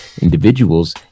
Individuals